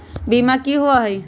बीमा की होअ हई?